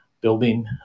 building